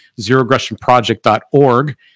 zeroaggressionproject.org